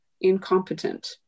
incompetent